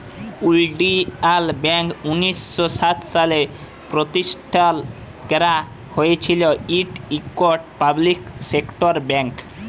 ইলডিয়াল ব্যাংক উনিশ শ সাত সালে পরতিষ্ঠাল ক্যারা হঁইয়েছিল, ইট ইকট পাবলিক সেক্টর ব্যাংক